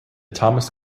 thomas